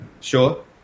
Sure